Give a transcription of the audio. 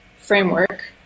framework